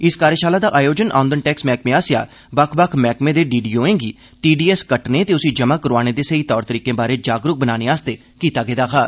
इस कार्यशाला दा आयोजन औंदन टैक्स मैहकमे आसेआ बक्ख बक्ख मैहकर्मे दे डीडीओ एं गी टीडीएस कट्टने ते उसी जमा करोआने दे सेई तौर तरीकें बारै जागरूक बनाने गितै कीता गेदा हा